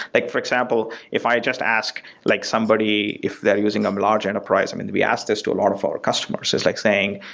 like for example, if i just asked like somebody if they're using um a large enterprise um and we ask this to a lot of our customers, it's like saying,